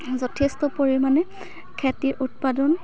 যথেষ্ট পৰিমাণে খেতিৰ উৎপাদন